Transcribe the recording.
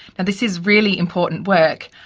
and this is really important work,